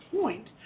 point